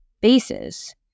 bases